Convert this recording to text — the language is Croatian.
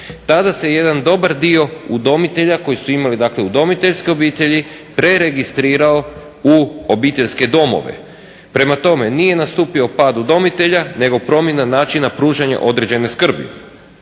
tada se jedan dobar dio udomitelja koji su imali udomiteljske obitelji preregistrirao u obiteljske domove. Prema tome, nije nastupio pad udomitelja nego promjena načina pružanja određene skrbi.